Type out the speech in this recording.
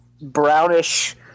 brownish